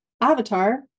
Avatar